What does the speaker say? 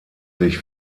sich